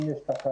אם יש תקלות,